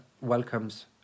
welcomes